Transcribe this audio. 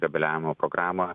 kabeliavimo programą